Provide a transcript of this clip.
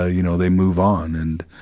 ah you know, they move on, and,